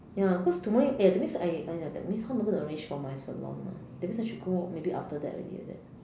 ya cause tomorrow you eh that means I I that means how am I going to arrange for my salon ah that means I should go after that already like that